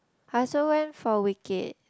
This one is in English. I also went for Wicked